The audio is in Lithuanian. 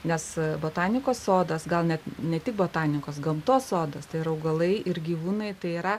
nes botanikos sodas gal net ne tik botanikos gamtos sodas tai ir augalai ir gyvūnai tai yra